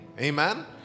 amen